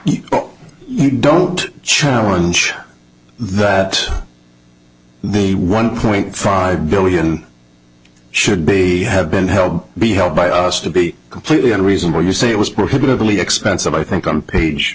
us don't challenge that the one point five billion should be had been held be held by us to be completely unreasonable you say it was prohibitively expensive i think on page